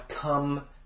come